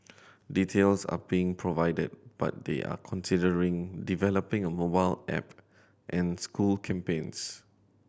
details are being provided but they are considering developing a mobile app and school campaigns